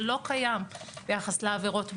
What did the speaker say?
זה לא קיים ביחס לעבירות בים,